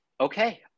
okay